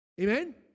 Amen